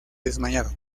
desmayado